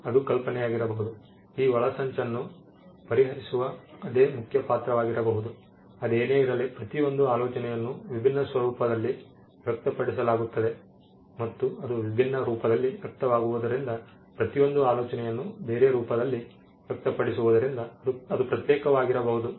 ಅದೇ ಕಲ್ಪನೆಯಾಗಿರಬಹುದು ಈ ಒಳಸಂಚನ್ನು ಪರಿಹರಿಸುವ ಅದೇ ಮುಖ್ಯ ಪಾತ್ರವಾಗಿರಬಹುದು ಅದೇನೇ ಇರಲಿ ಪ್ರತಿಯೊಂದು ಆಲೋಚನೆಯನ್ನು ವಿಭಿನ್ನ ಸ್ವರೂಪದಲ್ಲಿ ವ್ಯಕ್ತಪಡಿಸಲಾಗುತ್ತದೆ ಮತ್ತು ಅದು ವಿಭಿನ್ನ ರೂಪದಲ್ಲಿ ವ್ಯಕ್ತವಾಗುವುದರಿಂದ ಪ್ರತಿಯೊಂದು ಆಲೋಚನೆಯನ್ನು ಬೇರೆ ರೂಪದಲ್ಲಿ ವ್ಯಕ್ತಪಡಿಸುವುದರಿಂದ ಅದು ಪ್ರತ್ಯೇಕವಾಗಿರಬಹುದು ಸರಿ